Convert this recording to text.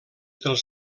dels